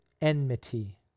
enmity